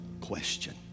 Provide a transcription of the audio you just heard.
question